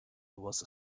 was